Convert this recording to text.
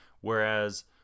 whereas